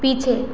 पीछे